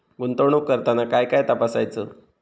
गुंतवणूक करताना काय काय तपासायच?